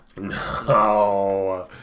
No